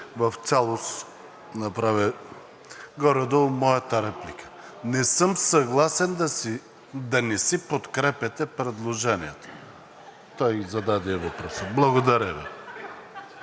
в цялост направи горе-долу моята реплика. Не съм съгласен да не си подкрепяте предложенията. Той зададе и въпроса. Благодаря Ви.